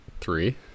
Three